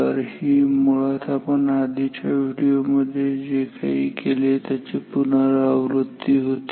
तर ही मुळात आपण आधीच्या व्हिडिओमध्ये जे काही केले त्याची पुनरावृत्ती होती